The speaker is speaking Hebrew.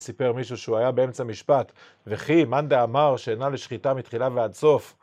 סיפר מישהו שהוא היה באמצע משפט וחי מאן דאמר שאינה לשחיטה מתחילה ועד סוף